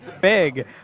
big